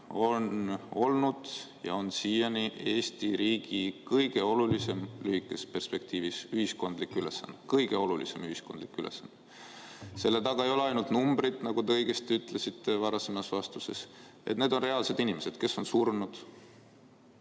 on olnud ja on siiani Eesti riigi kõige olulisem – lühikeses perspektiivis – ühiskondlik ülesanne. See on kõige olulisem ühiskondlik ülesanne! Selle taga ei ole ainult numbrid, nagu te õigesti ütlesite ühes varasemas vastuses. Need on reaalsed inimesed, kes on surnud,